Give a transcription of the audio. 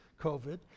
covid